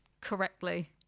correctly